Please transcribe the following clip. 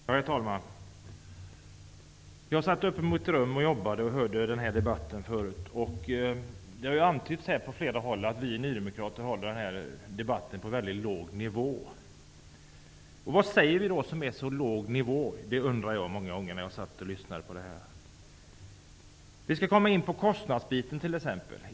Herr talman! Jag satt uppe på mitt rum och jobbade och hörde den här debatten. Det har antytts på flera håll att vi nydemokrater håller debatten på en väldigt låg nivå. Vad är det då vi säger som är på en så låg nivå? Det undrade jag många gånger när jag lyssnade på debatten. Jag kan t.ex. gå in på kostnadsbiten.